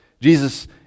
Jesus